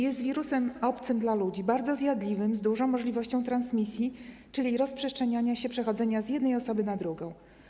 Jest wirusem obcym dla ludzi, bardzo zjadliwym, z dużą możliwością transmisji, czyli rozprzestrzeniania się, przechodzenia z jednej osoby na drugą.